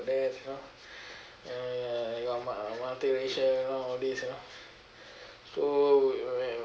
that you know ya ya ya multi racial you know all this you know so